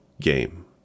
game